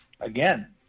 again